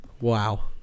Wow